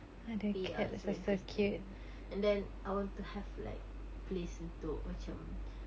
ya it's very interesting and then I want to have like place untuk macam